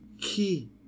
key